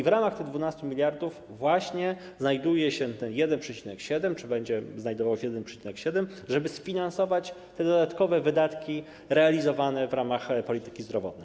W ramach tych 12 mld właśnie znajduje się ten 1,7, czy będzie znajdował się 1,7, żeby sfinansować te dodatkowe wydatki realizowane w ramach polityki zdrowotnej.